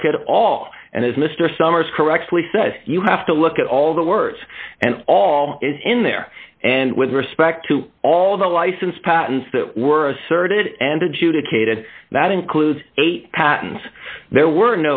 look at all and as mr summers correctly says you have to look at all the words and all is in there and with respect to all the license patents that were asserted and adjudicated that includes eight patents there were